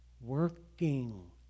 working